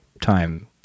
time